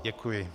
Děkuji.